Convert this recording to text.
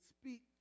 speak